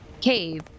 cave